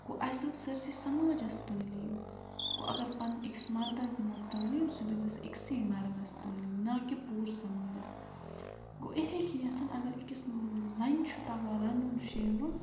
گوٚو اَسہِ دیُت سٲرسٕے سَماجَس تعلیٖم گوٚو اَگر پَنٕنۍ أکِس مردَس دِمو تعلیٖم سُہ دِمو أسۍ أکسٕے مَردَس تعلیٖم نہ کہِ پوٗرٕ سَماجَس گوٚو یہِ اِتھٕے کٔنیتھ اَگر أکِس زَنہِ چھُ تَگان رَنُن شیرُن